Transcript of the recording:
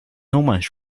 almost